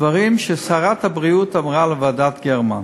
דברים ששרת הבריאות אמרה בוועדת גרמן,